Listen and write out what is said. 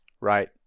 right